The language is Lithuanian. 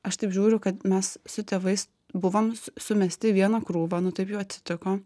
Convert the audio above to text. aš taip žiūriu kad mes su tėvais buvom sumesti į vieną krūvą nu taip jau atsitiko